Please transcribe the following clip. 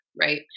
Right